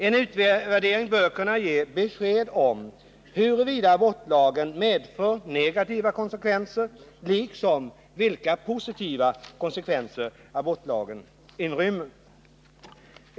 En utvärdering bör kunna ge besked om huruvida abortlagen medför negativa konsekvenser, liksom vilka positiva konsekvenser den inrymmer.